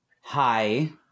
Hi